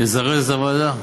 תזרז את הוועדה.